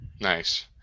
Nice